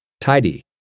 Tidy